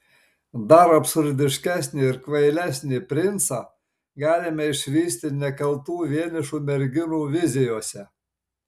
dar absurdiškesnį ir kvailesnį princą galime išvysti nekaltų vienišų merginų vizijose